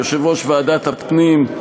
יושב-ראש ועדת הפנים,